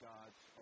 God's